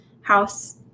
house